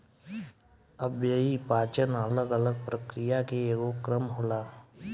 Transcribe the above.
अव्ययीय पाचन अलग अलग प्रक्रिया के एगो क्रम होला